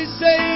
say